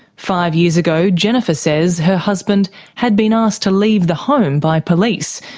five years ago, jennifer says her husband had been asked to leave the home by police,